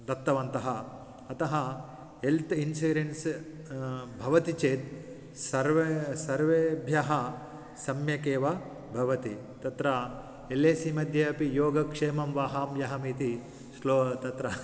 दत्तवन्तः अतः health insurance भवति चेत् सर्वे सर्वेभ्यः सम्यकेव भवति तत्र एल् ऐ सिमध्ये अपि योगक्षेमं वहाम्यहम् इति श्लोकः तत्र